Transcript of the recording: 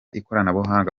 ikoranabuhanga